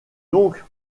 donc